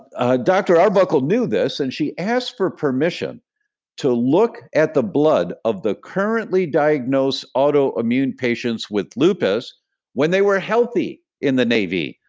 ah arbuckle knew this and she asked for permission to look at the blood of the currently diagnosed autoimmune patients with lupus when they were healthy in the navy,